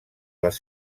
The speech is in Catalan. les